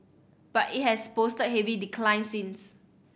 but it has posted heavy declines since